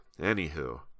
Anywho